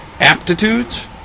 aptitudes